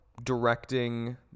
Directing